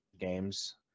games